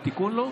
בתיקון ההוא,